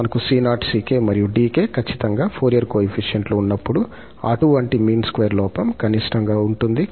మనకు 𝑐0 𝑐𝑘 మరియు 𝑑𝑘 ఖచ్చితంగా ఫోరియర్ కోయెఫిషియంట్ లు ఉన్నప్పుడు అటువంటి మీన్ స్క్వేర్ లోపం కనిష్టంగా ఉంటుంది